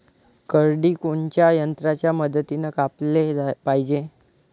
करडी कोनच्या यंत्राच्या मदतीनं कापाले पायजे?